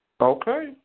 Okay